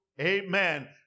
amen